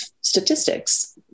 statistics